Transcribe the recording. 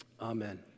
Amen